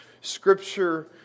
scripture